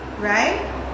right